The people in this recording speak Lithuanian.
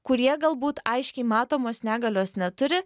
kurie galbūt aiškiai matomos negalios neturi